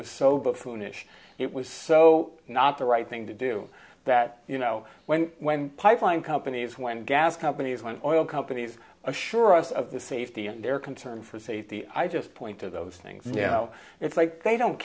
was so buffoonish it was so not the right thing to do that you know when when pipeline companies when gas companies when oil companies assure us of the safety of their concern for safety i just point to those things you know it's like they don't